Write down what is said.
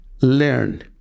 learn